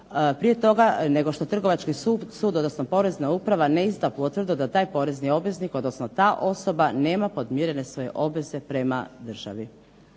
prije toga nego što Trgovački sud, odnosno Porezna uprava ne izda potvrdu da taj porezni obveznik, odnosno ta osoba nema podmirene svoje obveze prema državi.